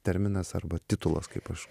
terminas arba titulas kaip aš